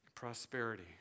Prosperity